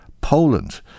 Poland